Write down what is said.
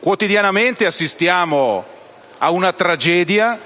Quotidianamente assistiamo ad una tragedia